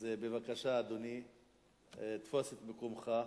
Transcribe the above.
אז בבקשה, אדוני, תפוס את מקומך,